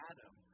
Adam